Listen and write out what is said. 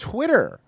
Twitter